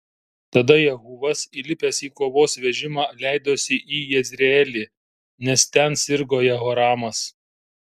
tada jehuvas įlipęs į kovos vežimą leidosi į jezreelį nes ten sirgo jehoramas